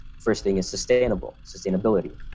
first thing is sustainable sustainability.